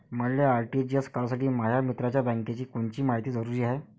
मले आर.टी.जी.एस करासाठी माया मित्राच्या बँकेची कोनची मायती जरुरी हाय?